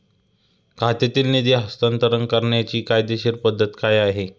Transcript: खात्यातील निधी हस्तांतर करण्याची कायदेशीर पद्धत काय आहे?